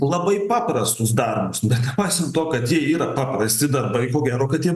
labai paprastus darbus bet nepasiant to kad jie yra paprasti darbai ko gero kad jiem